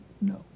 No